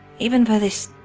even for this,